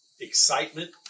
excitement